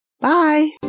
Bye